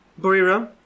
Buriram